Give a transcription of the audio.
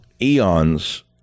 eons